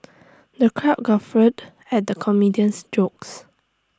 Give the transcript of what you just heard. the crowd guffawed at the comedian's jokes